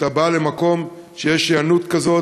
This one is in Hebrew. שאתה בא למקום שיש היענות כזאת,